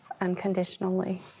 unconditionally